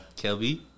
Kelby